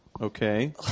okay